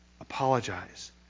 Apologize